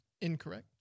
Incorrect